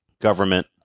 government